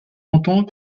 entend